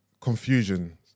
confusion